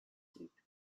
soup